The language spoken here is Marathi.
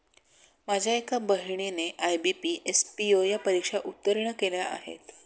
माझ्या एका बहिणीने आय.बी.पी, एस.पी.ओ या परीक्षा उत्तीर्ण केल्या आहेत